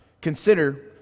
Consider